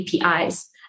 APIs